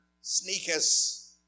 sneakers